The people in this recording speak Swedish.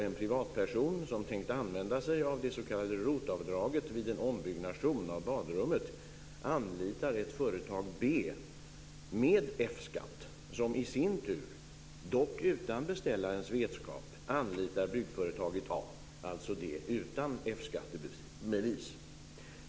En privatperson som tänkt använda sig av det s.k. ROT-avdraget vid en ombyggnation av badrummet anlitar företaget B, med F-skatt, som i sin tur - dock utan beställarens vetskap - anlitar byggföretaget A, alltså det utan F-skattebevis.